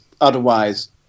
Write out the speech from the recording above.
otherwise